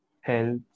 health